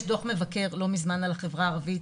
יש דוח מבקר שהיה לא מזמן על החברה הערבית.